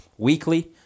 weekly